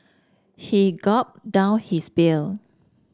he gulped down his beer